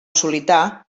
solità